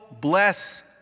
bless